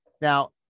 Now